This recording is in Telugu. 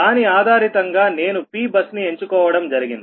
దాని ఆధారితంగా నేను Pబస్ ను ఎంచుకోవడం జరిగింది